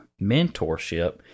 mentorship